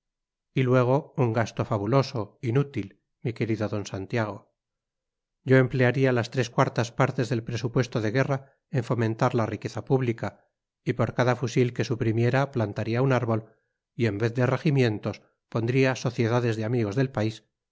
y luego un gasto fabuloso inútil mi querido d santiago yo emplearía las tres cuartas partes del presupuesto de guerra en fomentar la riqueza pública y por cada fusil que suprimiera plantaría un árbol y en vez de regimientos pondría sociedades de amigos del país